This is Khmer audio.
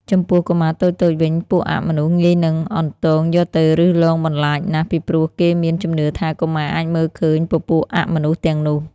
ចំពោះកុមារតូចៗវិញពួកអមនុស្សងាយនឹងអន្ទងយកទៅឬលងបន្លាចណាស់ពីព្រោះគេមានជំនឿថាកុមារអាចមើលឃើញពពួកអមនុស្សទាំងនោះ